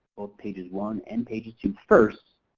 both pages one and page two first,